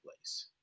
place